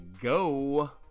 Go